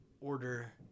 Order